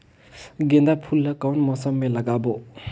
गेंदा फूल ल कौन मौसम मे लगाबो?